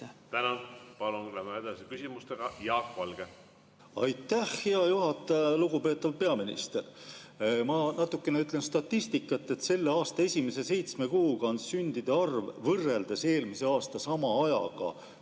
Tänan! Läheme edasi küsimustega. Palun, Jaak Valge! Aitäh, hea juhataja! Lugupeetav peaminister! Ma natukene mainin statistikat: selle aasta esimese seitsme kuuga on sündide arv võrreldes eelmise aasta sama ajaga